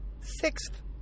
sixth